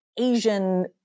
asian